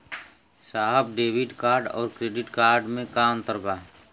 साहब debit card और credit card में का अंतर बा?